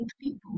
people